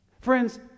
Friends